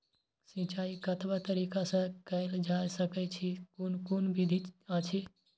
सिंचाई कतवा तरीका स के कैल सकैत छी कून कून विधि अछि?